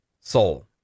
soul